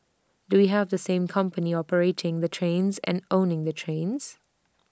do we have the same company operating the trains and owning the trains